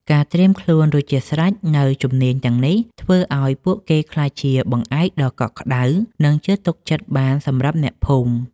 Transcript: ការត្រៀមខ្លួនរួចជាស្រេចនូវជំនាញទាំងនេះ ធ្វើឱ្យពួកគេក្លាយជាបង្អែកដ៏កក់ក្ដៅ និងជឿទុកចិត្តបានសម្រាប់អ្នកភូមិ។